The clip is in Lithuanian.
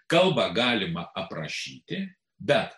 kalbą galima aprašyti bet